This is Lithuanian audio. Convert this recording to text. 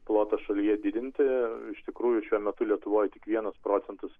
plotą šalyje didinti iš tikrųjų šiuo metu lietuvoj tik vienas procentas